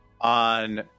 on